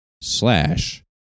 slash